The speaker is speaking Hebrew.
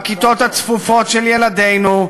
בכיתות הצפופות של ילדינו,